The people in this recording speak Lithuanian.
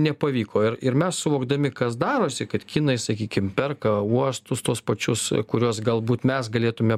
nepavyko ir ir mes suvokdami kas darosi kad kinai sakykim perka uostus tuos pačius kuriuos galbūt mes galėtume